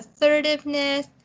assertiveness